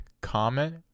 comment